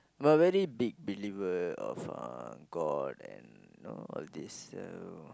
I'm a very big believer of uh god and know all this so